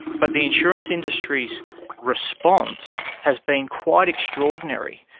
but the insurance industry's response has been quite extraordinary.